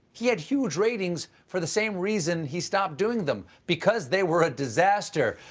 he had huge ratings for the same reason he stopped doing them because they were a disaster.